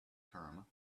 term